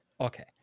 okay